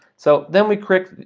so, then we crick,